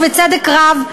ובצדק רב,